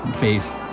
based